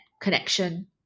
connection